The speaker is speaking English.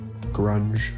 Grunge